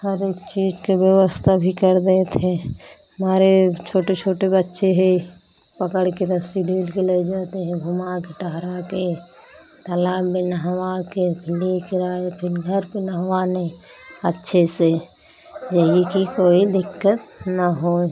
हर एक चीज़ के व्यवस्था भी कर देते हैं हमारे छोटे छोटे बच्चे हैं पकड़कर रस्सी ढीलकर ले जाते हैं घुमाकर टहराकर तलाब में नहवाकर फिर लेकर आए फिर घर पर नहवाने अच्छे से यही कि कोई दिक़्क़त ना होए